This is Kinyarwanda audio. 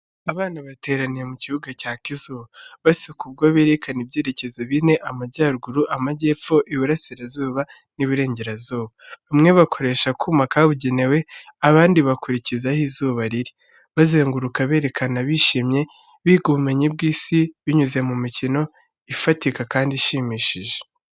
Abana bateraniye mu kibuga cyaka izuba, baseka ubwo berekana ibyerekezo bine, Amajyaruguru, Amajyepfo, Iburasirazuba n’Iburengerazuba. Bamwe bakoresha akuma kabugenewe, abandi bakurikiza aho izuba riri, bazenguruka berekana bishimye, biga ubumenyi bw’isi binyuze mu mikino ifatika kandi ishimishije.